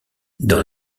dans